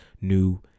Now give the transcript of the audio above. New